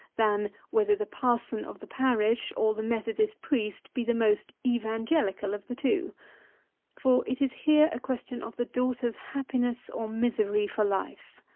than, whether the parson of the parish, or the methodist priest, be the most evangelical of the two for it is here a question of the daughter's happiness or misery for life.